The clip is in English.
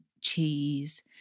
cheese